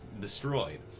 destroyed